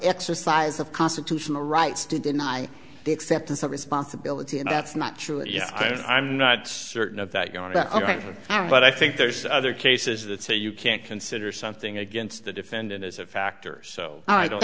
exercise of constitutional rights to deny the acceptance of responsibility and that's not true and i'm not certain of that era but i think there's other cases that say you can't consider something against the defendant as a factor so i don't